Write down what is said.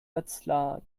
wetzlar